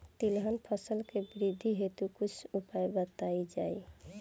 तिलहन फसल के वृद्धी हेतु कुछ उपाय बताई जाई?